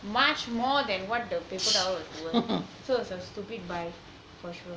much more than what the paper towels were worth so it was a stupid buy for sure